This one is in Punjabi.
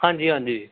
ਹਾਂਜੀ ਹਾਂਜੀ